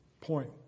point